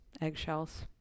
eggshells